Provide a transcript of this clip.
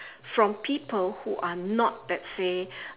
from people who are not let's say